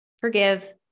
Forgive